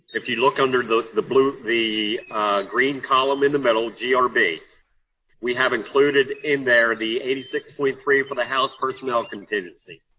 if you look under the the blue the green column in the middle grb, we have included in there the eighty six point three for the house personnel contingency.